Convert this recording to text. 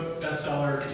bestseller